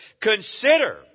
consider